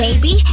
Baby